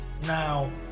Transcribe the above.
Now